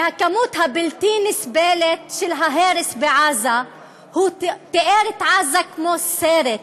מהכמות הבלתי-נסבלת של ההרס בעזה הוא תיאר את עזה כמו סרט.